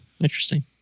Interesting